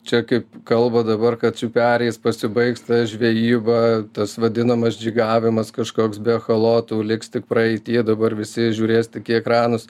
čia kaip kalba dabar kad čia pereis pasibaigs ta žvejyba tas vadinamas džigavimas kažkoks be echalotų liks tik praeity dabar visi žiūrės tik į ekranus